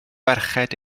ferched